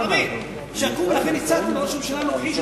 לכן הצעתי לראש הממשלה הנוכחי,